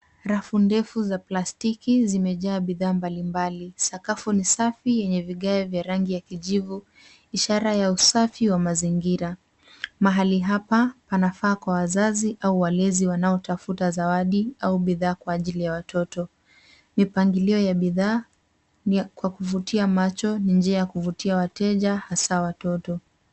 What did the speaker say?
Rafu ndefu za plastiki zimejaa bidhaa mbalimbali. Sakafu ni safi yenye vigae vya rangi ya kijivu ishara ya usafi wa mazingira. Mahali hapa panafaa kwa wazazi au walezi wanaotafuta zawadi au bidhaa kwa ajili ya watoto. Mipangilio ya bidhaa ni ya kuvutia macho ni njia ya kuvutia wateja hasa watoto.